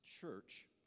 church